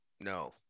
No